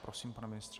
Prosím, pane ministře.